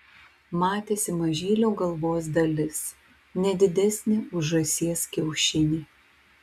matėsi mažylio galvos dalis ne didesnė už žąsies kiaušinį